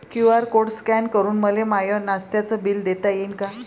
QR code scan करून मले माय नास्त्याच बिल देता येईन का?